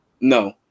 no